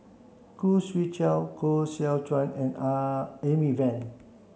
Khoo Swee Chiow Koh Seow Chuan and Amy Van